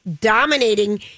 dominating